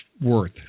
Worth